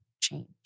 change